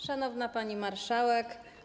Szanowna Pani Marszałek!